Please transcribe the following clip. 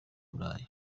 burayi